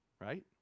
Right